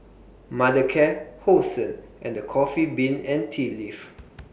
Mothercare Hosen and The Coffee Bean and Tea Leaf